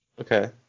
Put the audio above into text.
okay